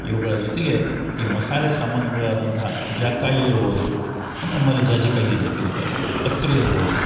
ಇವುಗಳ ಜೊತೆಗೆ ಈ ಮಸಾಲೆ ಸಾಮಾಗ್ರಿಗಳಾದಂಥ ಜಾಕಾಯಿ ಇರ್ಬೋದು ಅದು ನಮ್ಮಲ್ಲಿ ಜಾಜಿಕಾಯಿ ಅಂತ ಕರೀತಾರೆ ಪತ್ರೆ ಇರ್ಬೋದು